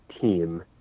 team